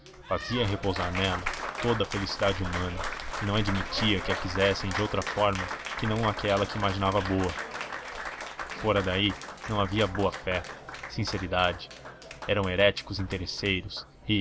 fazia repousar nela toda a felicidade humana e não admitia que a quisessem de outra forma que não aquela que imaginava boa fora daí não havia boa fé sinceridade eram heréticos interesseiros e